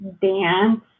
dance